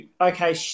okay